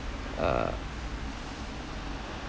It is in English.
uh